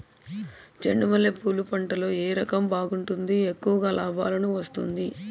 చెండు మల్లె పూలు పంట లో ఏ రకం బాగుంటుంది, ఎక్కువగా లాభాలు వస్తుంది?